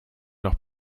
noch